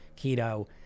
keto